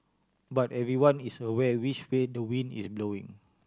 but everyone is aware which way the wind is blowing